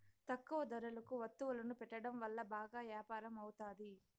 తక్కువ ధరలకు వత్తువులను పెట్టడం వల్ల బాగా యాపారం అవుతాది